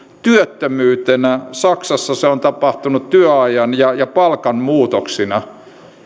työttömyytenä saksassa se on tapahtunut työajan ja palkan muutoksina